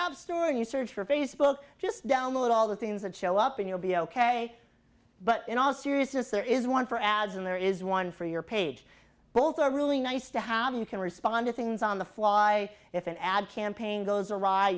out store and you search for facebook just download all the things that show up and you'll be ok but in all seriousness there is one for ads and there is one for your page but also a really nice to have you can respond to things on the fly if an ad campaign goes a